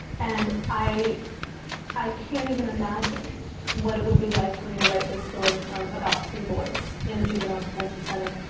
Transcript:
and i i can't even imagine what it would be like for me to write this story about three boys in a juvenile detention center.